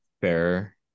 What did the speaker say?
Fair